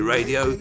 Radio